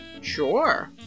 Sure